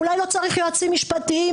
אולי לא צריכים יועצים משפטיים?